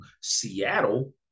Seattle